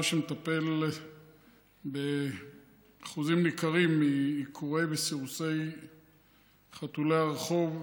שמטפל באחוזים ניכרים מעיקורי וסירוסי חתולי הרחוב,